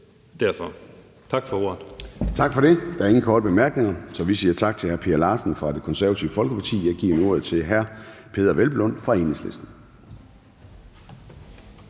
Formanden (Søren Gade): Der er ingen korte bemærkninger, så vi siger tak til hr. Per Larsen fra Det Konservative Folkeparti. Jeg giver nu ordet til hr. Peder Hvelplund fra Enhedslisten.